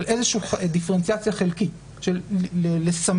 על איזושהי דיפרנציאציה חלקית של לסמן,